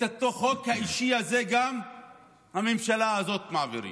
את החוק האישי גם הממשלה הזאת מעבירה.